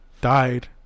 died